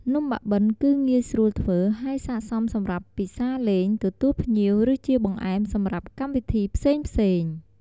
នំបាក់បិនគឺងាយស្រួលធ្វើ ហើយសក្ដិសមសម្រាប់ពិសារលេង ទទួលភ្ញៀវ ឬជាបង្អែមសម្រាប់កម្មវិធីផ្សេងៗ។